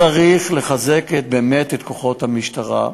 צריך לחזק באמת את כוחות המשטרה.